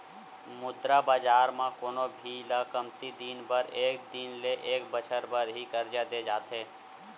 मुद्रा बजार म कोनो भी ल कमती दिन बर एक दिन ले एक बछर बर ही करजा देय जाथे